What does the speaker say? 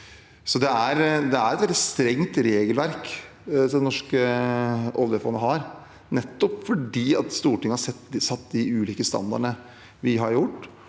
Det er et veldig strengt regelverk som det norske oljefondet har, nettopp fordi Stortinget har satt de ulike standardene slik de har gjort.